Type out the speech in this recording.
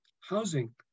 housing